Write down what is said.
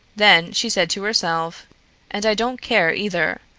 then she said to herself and i don't care, either.